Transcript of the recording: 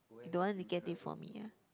you don't want to get it for me ah